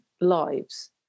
lives